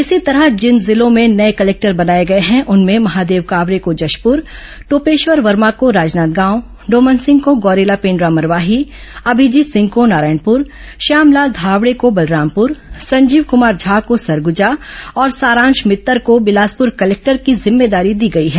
इसी तरह जिन जिलों में नए कलेक्टर बनाए गए हैं उनमें महादेव कावरे को जशपुर टोपेश्वर वर्मा को राजनांदगांव डोमन सिंह को गौरेला पेंड्रा मरवाही अभिजीत सिंह को नारायणपुर श्याम लाल धावड़े को बलरामपुर संजीव कुमार झा को सरगुजा और सारांश भित्तर को बिलासपुर कलेक्टर की जिम्मेदारी दी गई है